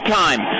time